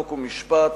חוק ומשפט,